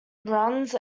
runs